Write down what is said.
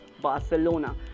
Barcelona